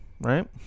right